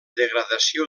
degradació